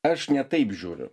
aš ne taip žiūriu